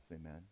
Amen